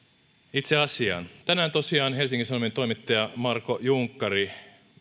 itse asiaan tänään tosiaan helsingin sanomien toimittaja marko junkkari